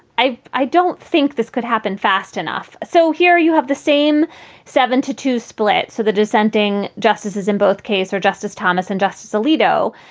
i, i don't think this could happen fast enough. so here you have the same seven to two split. so the dissenting justices in both case are justice thomas and justice alito.